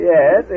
Yes